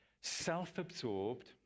self-absorbed